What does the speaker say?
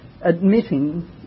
admitting